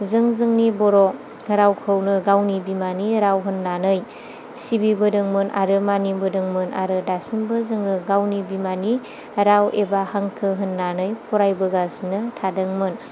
जों जोंनि बर' रावखौनो गावनि बिमानि राव होनानै सिबिबोदोंमोन आरो मानिबोदोंमोन आरो दासिमबो जोङो गावनि बिमानि राव एबा हांखो होन्नानै फरायबोगासिनो थादोंमोन